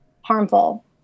harmful